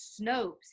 Snopes